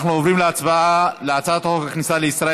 אנחנו עוברים להצבעה על הצעת חוק הכניסה לישראל